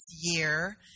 year